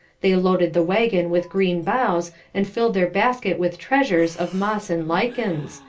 they loaded the waggon with green boughs and filled their basket with treasures of moss and lichens,